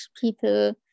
people